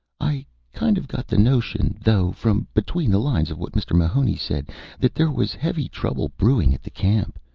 i kind of got the notion, though from between the lines of what mr. mahoney said that there was heavy trouble brewing at the camp.